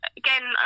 again